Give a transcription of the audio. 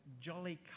jolly